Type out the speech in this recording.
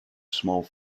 smaller